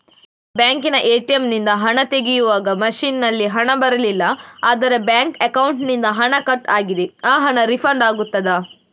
ನಿಮ್ಮ ಬ್ಯಾಂಕಿನ ಎ.ಟಿ.ಎಂ ನಿಂದ ಹಣ ತೆಗೆಯುವಾಗ ಮಷೀನ್ ನಲ್ಲಿ ಹಣ ಬರಲಿಲ್ಲ ಆದರೆ ಅಕೌಂಟಿನಿಂದ ಹಣ ಕಟ್ ಆಗಿದೆ ಆ ಹಣ ರೀಫಂಡ್ ಆಗುತ್ತದಾ?